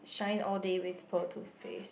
shine all day with pro toothpaste